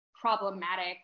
problematic